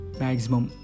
maximum